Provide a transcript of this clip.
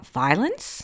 violence